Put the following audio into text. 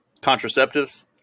contraceptives